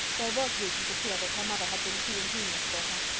there was reason to fear that her mother had been too ingenious for her.